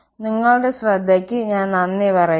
നിങ്ങളുടെ ശ്രദ്ധയ്ക്ക് ഞാൻ നന്ദി പറയുന്നു